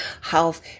health